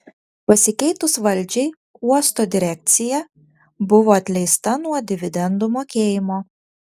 pasikeitus valdžiai uosto direkcija buvo atleista nuo dividendų mokėjimo